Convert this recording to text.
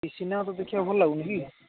ଏ cinema ତୋତେ ଦେଖିବାକୁ ଭଲ ଲାଗୁନି କି